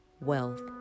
wealth